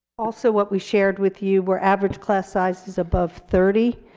also what we shared with you were average class sizes above thirty,